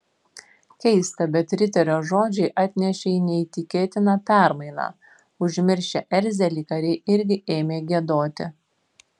keista bet riterio žodžiai atnešė neįtikėtiną permainą užmiršę erzelį kariai irgi ėmė giedoti